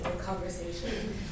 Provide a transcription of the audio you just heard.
conversation